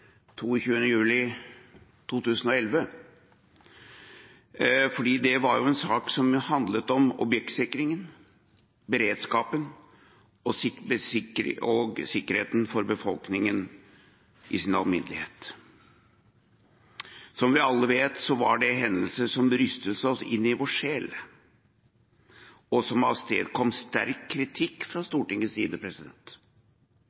22. juli 2011 fordi det var en sak som handlet om objektsikring, beredskap og sikkerhet for befolkningen i sin alminnelighet. Som vi alle vet, var det en hendelse som rystet oss i vår sjel, og som avstedkom sterk kritikk fra